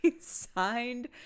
signed